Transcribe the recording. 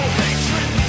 hatred